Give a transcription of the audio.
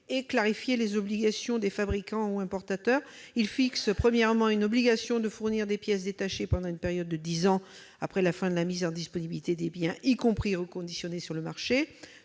et clarifier les obligations des fabricants ou importateurs. Premièrement, il tend à fixer une obligation de fournir des pièces détachées pendant une période de dix ans après la fin de la mise en disponibilité des biens, y compris reconditionnés, sur le marché.